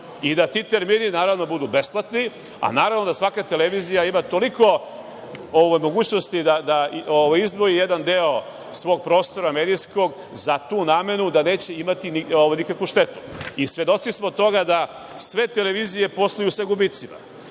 i da ti termini, naravno, budu besplatni, a da svaka televizija ima toliko mogućnosti da izdvoji jedan deo svog medijskog prostora za tu namenu da neće imati nikakvu štetu. Svedoci smo toga da sve televizije posluju sa gubicima